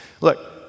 Look